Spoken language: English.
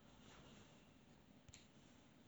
N_U_S has jobs